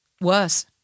Worse